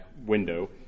window